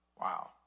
Wow